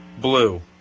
Blue